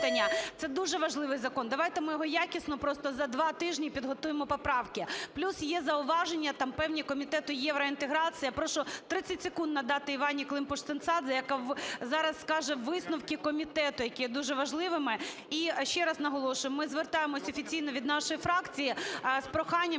Це дуже важливий закон, давайте ми його якісно просто за два тижні підготуємо поправки. Плюс є зауваження там певні Комітету євроінтеграції. Я прошу 30 секунд надати Івані Климпуш-Цинцадзе, яка зараз скаже висновки комітету, які є дуже важливими. І ще раз наголошую, ми звертаємося офіційно від нашої фракції з проханням,